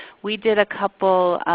we did a couple